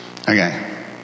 Okay